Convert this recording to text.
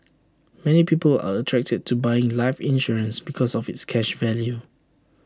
many people are attracted to buying life insurance because of its cash value